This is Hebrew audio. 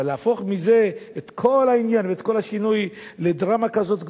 אבל להפוך את כל העניין ואת כל השינוי לדרמה כזאת גדולה,